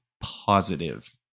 positive